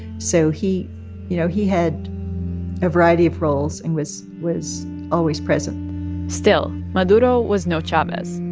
so he you know, he had a variety of roles and was was always present still, maduro was no chavez.